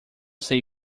sei